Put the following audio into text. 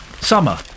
summer